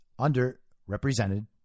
underrepresented